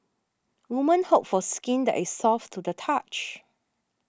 woman hope for skin that is soft to the touch